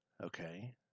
okay